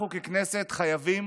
אנחנו ככנסת חייבים